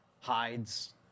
hides